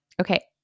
okay